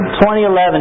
2011